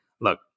Look